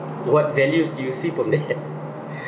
what values do you see from that